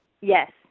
Yes